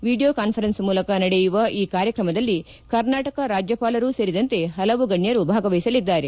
video conference ಮೂಲಕ ನಡೆಯುವ ಈ ಕಾರ್ಯಕ್ರಮದಲ್ಲಿ ಕರ್ನಾಟಕ ರಾಜ್ಯಪಾಲರು ಸೇರಿದಂತೆ ಪಲವು ಗಣ್ಯರು ಭಾಗವಹಿಸಲಿದ್ದಾರೆ